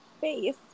face